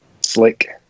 Slick